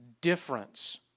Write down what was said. difference